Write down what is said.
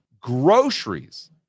groceries